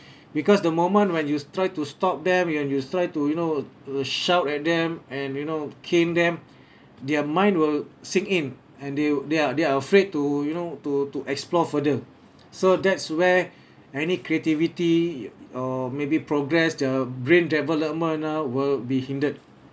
because the moment when you try to stop them when you try to you know to shout at them and you know cane them their mind will sink in and they they are they are afraid to you know to to explore further so that's where any creativity or maybe progress the brain development ah will be hindered